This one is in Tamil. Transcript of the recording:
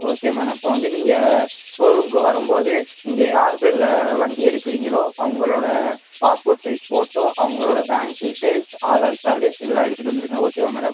ஓகே மேடம் இப்போ வந்து நீங்கள் ஷோ ரூமுக்கு வரும்போது நீங்கள் யார் பேரில் வண்டி எடுக்கிறீங்களோ அவங்களோட பாஸ்போட் சைஸ் ஃபோட்டோ அவங்களோட பேங்க் டீட்டெயில்ஸ் ஆதார் கார்டு இதெல்லாம் எடுத்துகிட்டு வந்துடுங்க ஓகேவா மேடம்